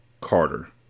Carter